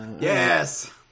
yes